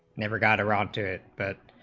never got around to it that